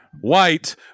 white